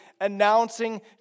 announcing